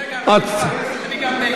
רגע, אדוני, גם אני נגד.